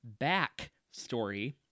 backstory